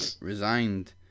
resigned